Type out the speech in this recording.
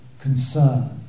concern